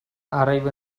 arrive